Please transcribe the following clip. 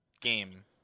game